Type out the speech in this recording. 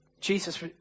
Jesus